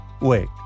Wait